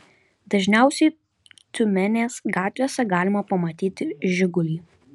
dažniausiai tiumenės gatvėse galima pamatyti žigulį